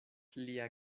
lia